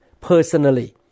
personally